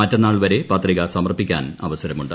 മറ്റന്നാൾ വരെ പത്രിക സമർപ്പിക്കാൻ അവസർമുണ്ട്